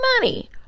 money